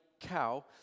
cow